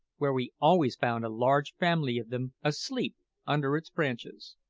where we always found a large family of them asleep under its branches.